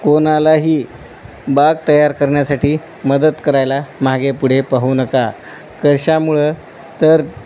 कोणालाही बाग तयार करण्यासाठी मदत करायला मागे पुढे पाहू नका कशामुळे तर